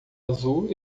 azul